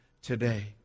today